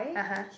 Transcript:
(uh huh)